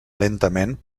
lentament